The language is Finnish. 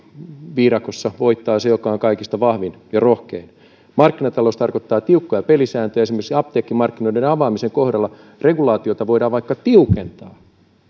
viidakossa voittaa se joka on kaikista vahvin ja rohkein markkinatalous tarkoittaa tiukkoja pelisääntöjä esimerkiksi apteekkimarkkinoiden avaamisen kohdalla regulaatiota voidaan vaikka tiukentaa